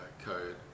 code